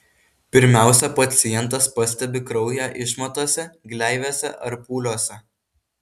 pirmiausia pacientas pastebi kraują išmatose gleivėse ar pūliuose